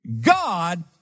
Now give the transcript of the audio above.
God